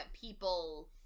people